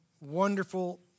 wonderful